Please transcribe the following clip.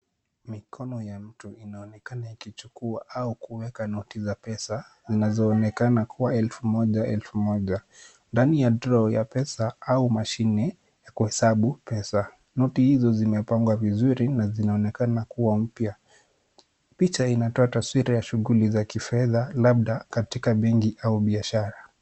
Mikono ya mtu inaoneka ikichukua au kuweka noti za pesa, zinazoonekana kuwa elfu moja elfu moja. Ndani ya drawer ya pesa au mashine ya kuhesabu pesa, noti hizo zimepangwa vizuri na zinaonekana kuwa mpya. Picha inatoa taswira ya shughuli za kifedha labda katika benki au biashara.